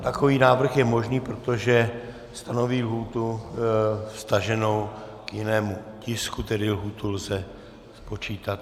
Ano, takový návrh je možný, protože stanoví lhůtu vztaženou k jinému tisku, tedy lhůtu lze spočítat.